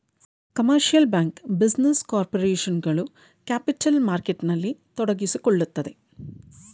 commercial bank, business corporation ಗಳು capital ಮಾರ್ಕೆಟ್ನಲ್ಲಿ ತೊಡಗಿಸಿಕೊಳ್ಳುತ್ತದೆ